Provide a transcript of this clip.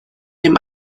dem